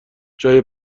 جای